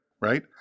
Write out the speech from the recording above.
right